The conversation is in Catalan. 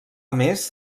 més